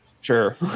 Sure